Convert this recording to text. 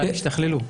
השתכללו.